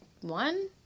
One